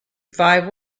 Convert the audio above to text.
five